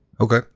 Okay